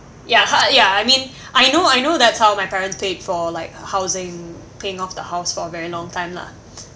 ya h~ ya I mean I know I know that's how my parents paid for like housing paying off the house for a very long time lah